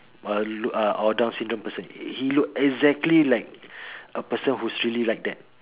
a uh or down syndrome person he look exactly like a person who's really like that